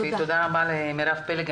תודה רבה למירב פלג.